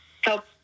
help